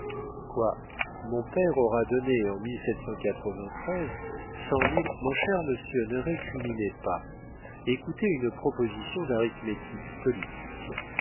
quoi mon père aura donné en mille mon cher monsieur ne récriminez pas écoutez une proposition d'arithmétique politique